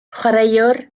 chwaraewr